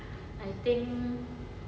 I think